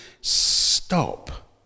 stop